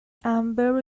amber